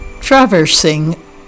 traversing